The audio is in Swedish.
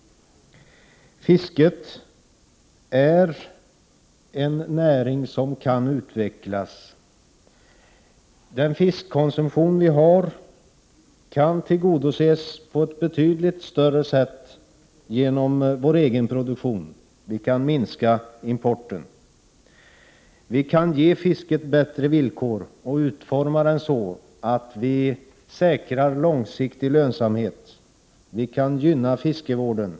Fisket är en näring som kan utvecklas. Vår fiskkonsumtion kan i betydligt större utsträckning tillgodoses genom egen produktion. Vi kan minska importen. Vi kan ge fisket bättre villkor och utforma politiken så att vi säkrar långsiktig lönsamhet. Vi kan gynna fiskevården.